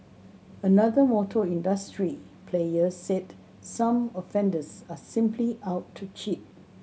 another motor industry player said some offenders are simply out to cheat